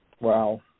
Wow